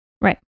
Right